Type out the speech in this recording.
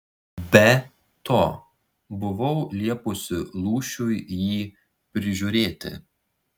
be to buvau liepusi lūšiui jį prižiūrėti